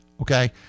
okay